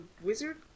wizard